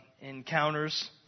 encounters